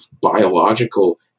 biological